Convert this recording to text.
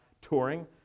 touring